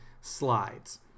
slides